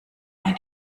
ein